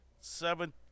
seven